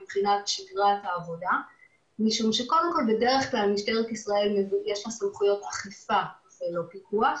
קודם כול משום שבדרך כלל למשטרת ישראל יש סמכויות אכיפה ולא פיקוח,